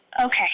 Okay